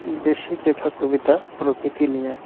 বেশি লেখা কবিতা প্রকৃতি নিয়ে